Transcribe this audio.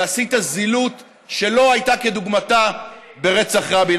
ועשית זילות שלא הייתה כדוגמתה ברצח רבין.